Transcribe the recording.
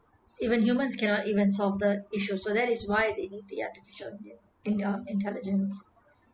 even humans cannot even solve the issue so that is why they need the artificial inte~ intelligence